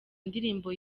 indirimbo